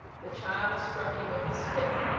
the child struck him with a stick,